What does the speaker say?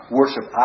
worship